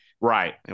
right